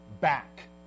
back